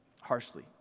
harshly